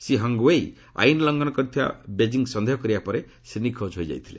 Shri Hong Weiyi ଆଇନ ଲଘଂନ କରିଥିବା ବେଜିଂ ସନ୍ଦେହ କରିବା ପରେ ସେ ନିଖୋଜ ହୋଇଯାଇଥିଲେ